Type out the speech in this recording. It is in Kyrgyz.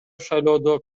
шайлоодо